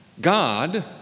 God